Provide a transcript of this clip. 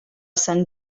sant